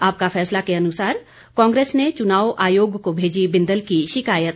आपका फैसला के अनुसार कांग्रेस ने चुनाव आयोग को भेजी बिंदल की शिकायत